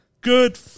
Good